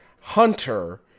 Hunter